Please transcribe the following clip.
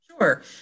Sure